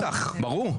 בטח, ברור.